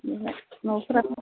न'फोराथ'